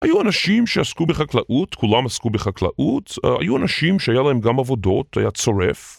היו אנשים שעסקו בחקלאות, כולם עסקו בחקלאות, היו אנשים שהיה להם גם עבודות, היה צורף.